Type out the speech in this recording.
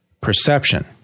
Perception